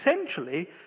essentially